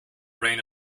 reign